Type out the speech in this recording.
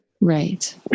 Right